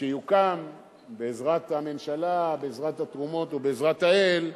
שיוקם בעזרת הממשלה, בעזרת התרומות ובעזרת האל,